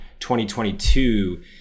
2022